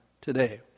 today